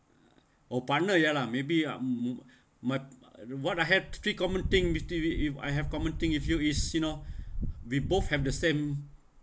oh partner ya lah maybe I'm mat~ what I had three common thing between me if I have common thing if you is you know we both have the same